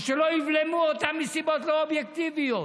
ושלא יבלמו אותם מסיבות לא אובייקטיביות